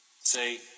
Say